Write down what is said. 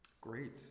Great